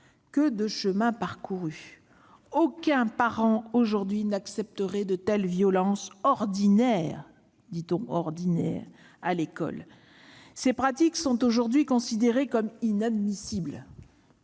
Que de chemin parcouru ! Aucun parent aujourd'hui n'accepterait de telles violences « ordinaires » à l'école. Ces pratiques sont aujourd'hui considérées comme inadmissibles.